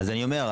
אני אומר,